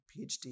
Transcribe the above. PhD